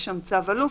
יש שם צו אלוף,